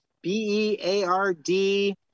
B-E-A-R-D